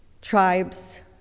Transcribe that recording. tribes